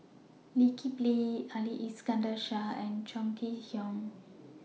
Lee Kip Lee Ali Iskandar Shah and Chong Kee Hiong